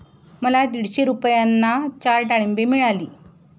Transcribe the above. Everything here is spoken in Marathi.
मला दीडशे रुपयांना चार डाळींबे मिळाली